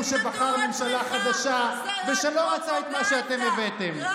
שבחר ממשלה חדשה ושלא רצה את מה שאתם הבאתם.